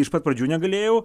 iš pat pradžių negalėjau